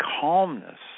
calmness